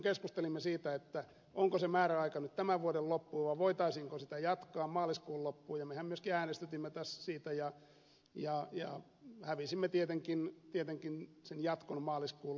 keskustelimme siitä onko se määräaika nyt tämän vuoden loppuun vai voitaisiinko sitä jatkaa maaliskuun loppuun ja mehän myöskin äänestytimme tässä siitä ja hävisimme tietenkin sen jatkon maaliskuun loppuun